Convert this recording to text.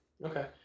okay